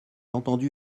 entendu